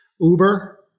Uber